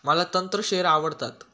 मला तंत्र शेअर आवडतात